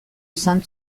izan